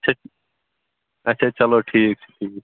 چھُ اچھا چَلو ٹھیٖک چھُ ٹھیٖک